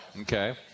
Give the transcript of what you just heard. Okay